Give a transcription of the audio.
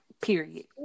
period